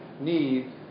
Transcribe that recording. need